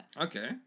Okay